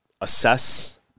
assess